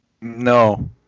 No